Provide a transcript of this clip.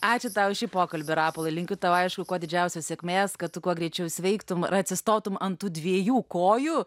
ačiū tau už šį pokalbį rapolai linkiu tau aišku kuo didžiausios sėkmės kad tu kuo greičiau sveiktum ir atsistotum ant tų dviejų kojų